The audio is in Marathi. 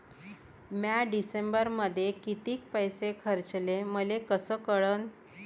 म्या डिसेंबरमध्ये कितीक पैसे खर्चले मले कस कळन?